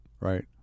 right